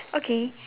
okay